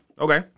Okay